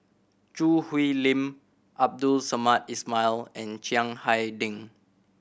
Choo Hwee Lim Abdul Samad Ismail and Chiang Hai Ding